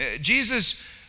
Jesus